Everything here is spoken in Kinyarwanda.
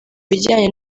bijyanye